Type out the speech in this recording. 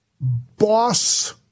Boss